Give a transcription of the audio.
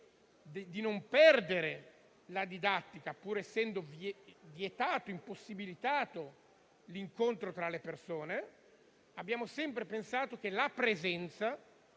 di non perdere la didattica, pur essendo vietato e impossibilitato l'incontro tra le persone, abbiamo sempre pensato che la presenza